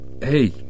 Hey